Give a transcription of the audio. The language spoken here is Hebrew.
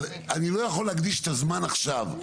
אני לא יכול להקדיש את הזמן עכשיו,